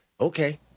okay